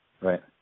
Right